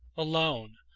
alone!